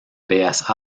bellas